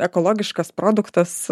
ekologiškas produktas